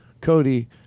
Cody